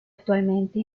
actualmente